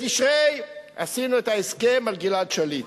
בתשרי עשינו את ההסכם על גלעד שליט.